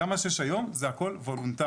גם מה שיש היום זה הכול וולונטרי.